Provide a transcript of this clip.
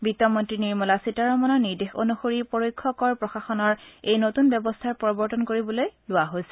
বিত্তমন্তী নিৰ্মলা সীতাৰমণৰ নিৰ্দেশ অনুসৰি পৰোক্ষ কৰ প্ৰশাসনৰ এই নতুন ব্যৱস্থাৰ প্ৰৱৰ্তন কৰিবলৈ লোৱা হৈছে